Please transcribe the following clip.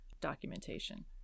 documentation